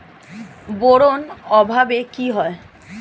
Boron অভাবে কি হয়?